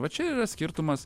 va čia ir yra skirtumas